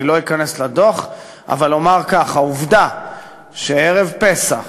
אני לא אכנס לדוח אבל אומר כך: העובדה שערב פסח